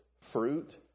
fruit